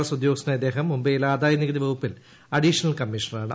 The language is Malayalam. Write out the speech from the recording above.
എസ് ഉദ്യോഗസ്ഥനായ അദ്ദേഹം മുംബൈയിൽ ആദായ നികുതി വകുപ്പിൽ അഡീഷണൽ കമ്മീഷണറാണ്